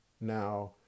Now